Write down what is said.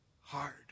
hard